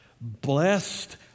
Blessed